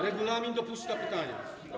Regulamin dopuszcza pytania.